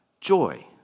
Joy